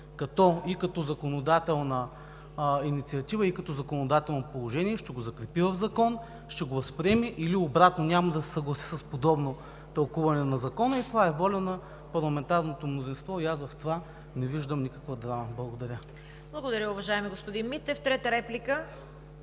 и като законодателна инициатива, и като законодателно положение, ще го закрепи в закон, ще го възприеме или обратното – няма да се съгласи с подобно тълкуване на закона. Това е воля на парламентарното мнозинство. Аз в това не виждам никаква драма. Благодаря. ПРЕДСЕДАТЕЛ ЦВЕТА КАРАЯНЧЕВА: Благодаря, уважаеми господин Митев. Трета реплика?